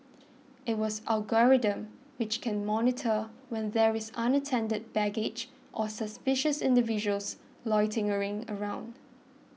it has algorithms which can monitor when there is unattended baggage or suspicious individuals loitering around